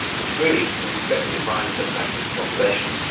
which really would better define the practice population.